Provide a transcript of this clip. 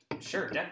sure